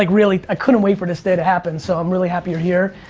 like really, i couldn't wait for this day to happen, so i'm really happy you're here.